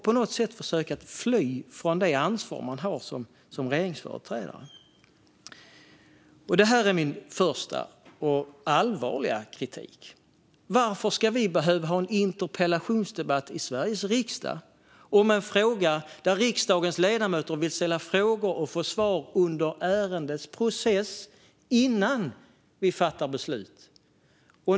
På något sätt har man försökt fly från det ansvar man har som regeringsföreträdare. Detta är min första och allvarligaste kritik. Varför ska vi behöva ha en interpellationsdebatt i Sveriges riksdag om en fråga där riksdagens ledamöter velat ställa frågor och få svar under ärendets process innan vi fattade beslut?